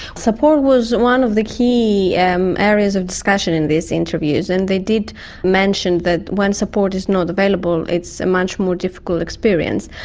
support was one of the key areas of discussion in these interviews, and they did mention that when support is not available it's a much more difficult experience.